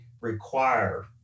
require